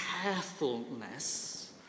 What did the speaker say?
carefulness